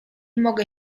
mogę